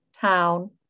town